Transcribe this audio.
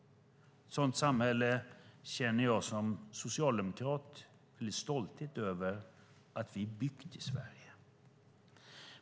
Ett sådant samhälle känner jag som socialdemokrat en viss stolthet över att vi har byggt i Sverige.